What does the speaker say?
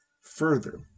Further